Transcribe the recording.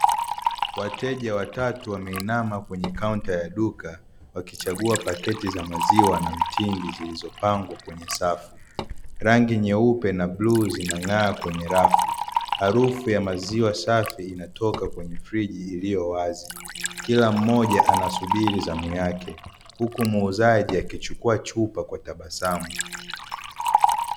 Wateja watatu wameinama kwenye kaunta ya duka wakichagua paketi za maziwa na mtindi zilizopangwa kwenye safu, rangi nyeupe na bluu zinang'aa kwenye rafu, harufu ya maziwa safi inatoka kwenye friji iliyowazi kila mmoja anasubiria zamu yake, huku muuzaji akichukua chupa kwa tabasamu.